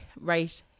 Right